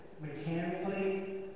mechanically